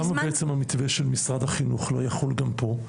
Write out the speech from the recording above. למה בעצם המתווה של משרד החינוך לא יחול גם פה?